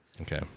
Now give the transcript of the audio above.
Okay